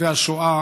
והשואה